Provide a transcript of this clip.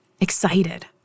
excited